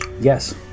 yes